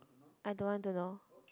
I don't want to know